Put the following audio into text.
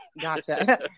Gotcha